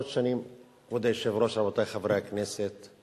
כבוד היושב-ראש, רבותי חברי הכנסת,